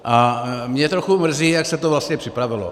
A mě trochu mrzí, jak se to vlastně připravilo.